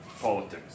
politics